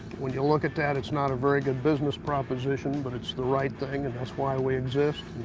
when you look at that it's not a very good business proposition, but it's the right thing, and that's why we exist,